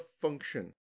function